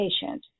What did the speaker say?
patient